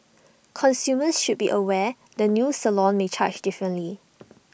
consumers should be aware the new salon may charge differently